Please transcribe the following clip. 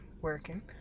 Working